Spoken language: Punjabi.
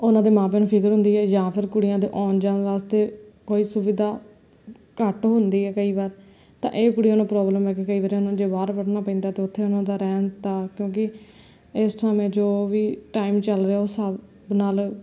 ਉਹਨਾਂ ਦੇ ਮਾਂ ਪਿਓ ਨੂੰ ਫਿਕਰ ਹੁੰਦੀ ਹੈ ਜਾਂ ਫਿਰ ਕੁੜੀਆਂ ਦੇ ਆਉਣ ਜਾਣ ਵਾਸਤੇ ਕੋਈ ਸੁਵਿਧਾ ਘੱਟ ਹੁੰਦੀ ਹੈ ਕਈ ਵਾਰ ਤਾਂ ਇਹ ਕੁੜੀਆਂ ਨੂੰ ਪ੍ਰੋਬਲਮ ਹੈ ਕਿ ਕਈ ਵਾਰ ਉਹਨਾਂ ਨੂੰ ਜੇ ਬਾਹਰ ਪੜ੍ਹਨਾ ਪੈਂਦਾ ਤਾਂ ਉੱਥੇ ਉਹਨਾਂ ਦਾ ਰਹਿਣ ਦਾ ਕਿਉਂਕਿ ਇਸ ਸਮੇਂ ਜੋ ਵੀ ਟਾਈਮ ਚੱਲ ਰਿਹਾ ਉਹ ਹਿਸਾਬ ਨਾਲ